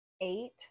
eight